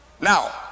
Now